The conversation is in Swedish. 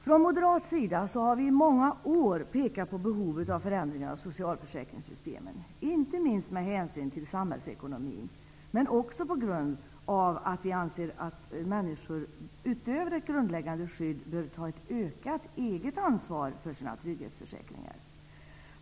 Från moderat sida har vi i många år pekat på behovet av förändringar i socialförsäkringssystemen, inte minst med hänsyn till samhällsekonomin, men också på grund av att vi anser att människor utöver ett grundläggande skydd bör ta ett ökat eget ansvar för sina trygghetsförsäkringar.